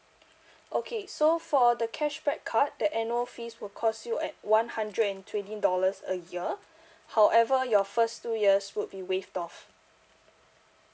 okay so for the cashback card the annual fees will cost you at one hundred and twenty dollars a year however your first two years would be waived off